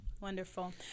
Wonderful